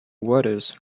waters